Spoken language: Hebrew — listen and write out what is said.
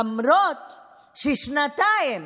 למרות ששנתיים